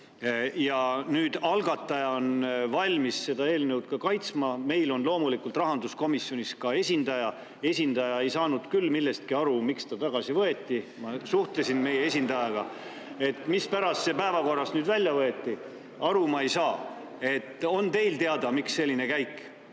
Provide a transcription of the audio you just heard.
ja algataja on valmis seda eelnõu kaitsma. Meil on loomulikult rahanduskomisjonis ka esindaja, aga esindaja ei saanud küll millestki aru, miks see tagasi võeti. Ma suhtlesin meie esindajaga. Mispärast see päevakorrast nüüd välja võeti, aru ma ei saa. On teile teada, miks selline käik